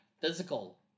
physical